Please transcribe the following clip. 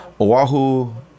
Oahu